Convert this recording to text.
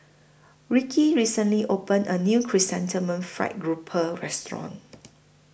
Rickie recently opened A New Chrysanthemum Fried Grouper Restaurant